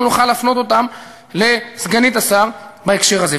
נוכל להפנות לסגנית השר בהקשר הזה,